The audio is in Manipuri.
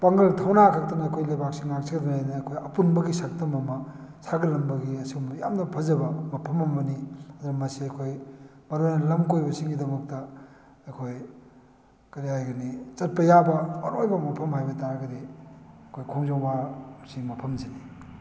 ꯄꯥꯡꯒꯜ ꯊꯧꯅꯥ ꯈꯛꯇꯪ ꯑꯩꯈꯣꯏ ꯂꯩꯕꯥꯛꯑꯁꯤ ꯉꯥꯛꯆꯗꯣꯏꯅꯤꯅ ꯑꯩꯈꯣꯏ ꯑꯄꯨꯟꯕꯒꯤ ꯁꯛꯇꯝ ꯑꯃ ꯁꯥꯒꯠꯂꯝꯕꯒꯤ ꯑꯁꯤꯒꯨꯝꯕ ꯌꯥꯝꯅ ꯐꯖꯕ ꯃꯐꯝ ꯑꯃꯅꯤ ꯑꯗꯨꯅ ꯃꯁꯤ ꯑꯩꯈꯣꯏ ꯃꯔꯨ ꯑꯣꯏꯅ ꯂꯝ ꯀꯣꯏꯕꯁꯤꯡꯒꯤꯗꯃꯛꯇ ꯑꯩꯈꯣꯏ ꯀꯔꯤ ꯍꯥꯏꯒꯅꯤ ꯆꯠꯄ ꯌꯥꯕ ꯃꯔꯨ ꯑꯣꯏꯕ ꯃꯐꯝ ꯍꯥꯏꯕ ꯇꯥꯔꯒꯗꯤ ꯑꯩꯈꯣꯏ ꯈꯣꯡꯖꯣꯝ ꯋꯥꯔ ꯑꯁꯤ ꯃꯐꯝꯁꯤꯅꯤ